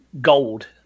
gold